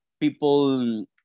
people